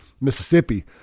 Mississippi